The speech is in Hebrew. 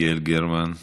יעל גרמן.